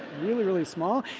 really, really small.